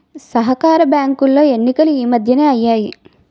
సహకార బ్యాంకులో ఎన్నికలు ఈ మధ్యనే అయ్యాయి